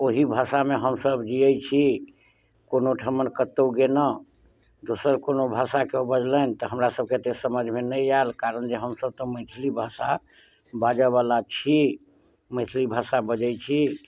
ओहि भाषामे हमसब जियै छी कोनो ठमन कत्तौ गेलहुॅं दोसर कोनो भाषा केओ बजलनि हमरा सबके समझमे नहि आयल कारण जे हमसब तऽ मैथिली भाषा बाजऽवला छी मैथिली भाषा बजै छी